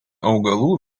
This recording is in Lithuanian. augalų